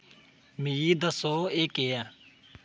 मिगी दस्सो एह् केह् ऐ